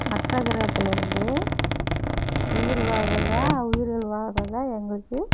மற்ற கிரகத்துலேருந்து உயிர் வாழ்வதா உயிர்கள் வாழ்றதாக எங்களுக்கு